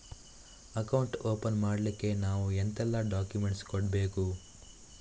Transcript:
Account open ಮಾಡ್ಲಿಕ್ಕೆ ನಾವು ಎಂತೆಲ್ಲ ಡಾಕ್ಯುಮೆಂಟ್ಸ್ ಕೊಡ್ಬೇಕು?